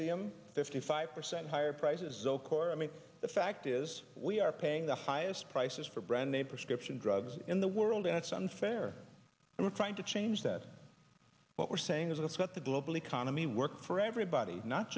nexium fifty five percent higher prices zocor i mean the fact is we are paying the highest prices for brand a prescription drugs in the world and it's unfair and we're trying to change that what we're saying is that it's not the global economy work for everybody not